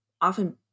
often